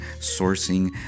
sourcing